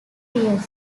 plc